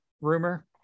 rumor